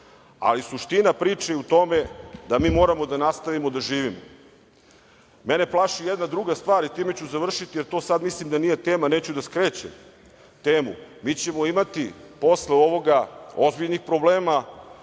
Ali, suština priče je u tome da mi moramo da nastavimo da živimo. Mene plaši jedna druga stvar, i time ću završiti, jer to sad mislim da nije tema i neću da skrećem temu, mi ćemo imati posle ovoga ozbiljnih problema